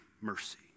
mercy